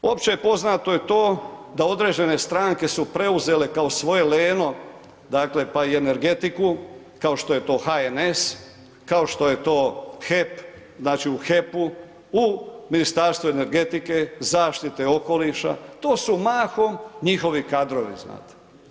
Opće poznato je to da određene stranke su preuzele kao svoje leno dakle pa i energetiku kao što je to HNS, kao što je to HEP, znači HEP-u, u Ministarstvu energetike i zaštite okoliša, to su mahom njihovi kadrovi, znate.